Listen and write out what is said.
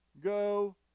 Go